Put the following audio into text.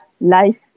life